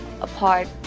apart